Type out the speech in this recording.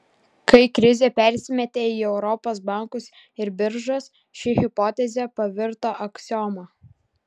kai krizė persimetė į europos bankus ir biržas ši hipotezė pavirto aksioma